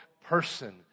person